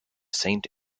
saint